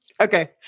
okay